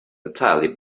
entirely